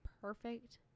perfect